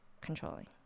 Controlling